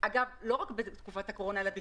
אגב לא רק בתקופת הקורונה אלא בכלל,